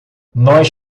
nós